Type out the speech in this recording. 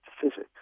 physics